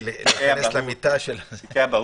למשל.